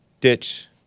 Ditch